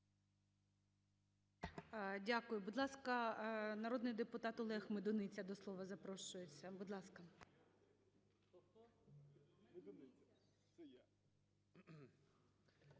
Дякую. Будь ласка, народний депутат Олег Медуниця, до слова запрошується, Будь ласка.